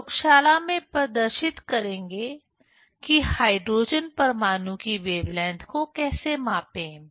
हम प्रयोगशाला में प्रदर्शित करेंगे कि हाइड्रोजन परमाणु की वेवलेंथ को कैसे मापें